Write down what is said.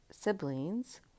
siblings